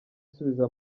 subiza